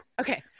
okay